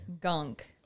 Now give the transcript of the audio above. gunk